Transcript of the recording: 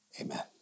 amen